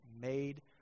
made